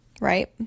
right